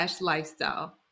lifestyle